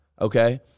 okay